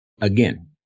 Again